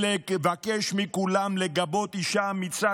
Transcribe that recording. ולבקש מכולם לגבות אישה אמיצה,